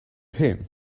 him